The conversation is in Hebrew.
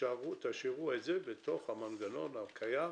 תשאירו את זה במנגנון הקיים,